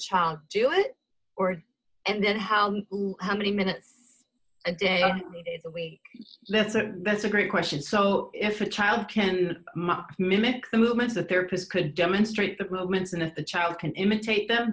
child do it or and then how how many minutes a day are let's say that's a great question so if a child can mimic the movements a therapist could demonstrate the elements and if the child can imitate them